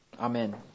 Amen